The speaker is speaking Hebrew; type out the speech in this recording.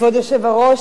כבוד היושב-ראש,